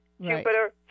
Jupiter